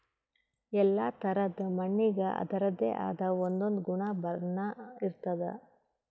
ಎಲ್ಲಾ ಥರಾದ್ ಮಣ್ಣಿಗ್ ಅದರದೇ ಆದ್ ಒಂದೊಂದ್ ಗುಣ ಬಣ್ಣ ಇರ್ತದ್